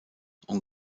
und